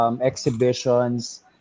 exhibitions